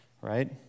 Right